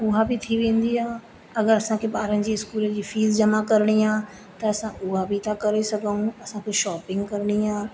उहा बि थी वेंदी आहे अगरि असां खे ॿारनि जी स्कूल जी फीस जमा करिणी आहे त असां उहा बि था करे सघूं असांखे शॉपिंग करिणी आहे